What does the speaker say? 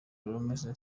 ramsey